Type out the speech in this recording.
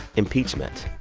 impeachment.